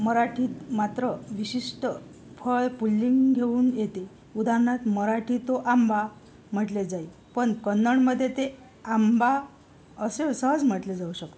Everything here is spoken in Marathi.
मराठीत मात्र विशिष्ट फळ पुल्लिंग घेऊन येते उदाहरणार्थ मराठी तो आंबा म्हटले जाईल पण कन्नडमध्ये ते आंबा असे सहज म्हटले जाऊ शकते